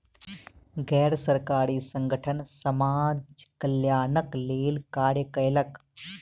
गैर सरकारी संगठन समाज कल्याणक लेल कार्य कयलक